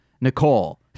Nicole